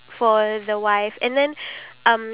plus positive